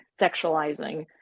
sexualizing